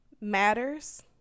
matters